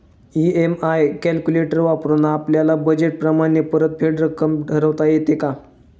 EMI calculator वापरून आपापल्या budget प्रमाणे परतफेडीची रक्कम ठरवता येते का?